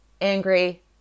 angry